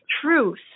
truth